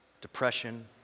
depression